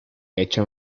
hecho